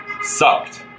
sucked